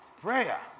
Prayer